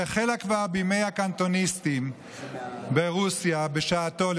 שהחלה כבר בימי הקנטוניסטים ברוסיה בשעתם,